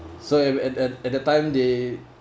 so at at at at that time they